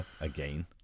again